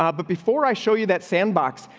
um but before i show you that sandbox.